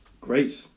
Great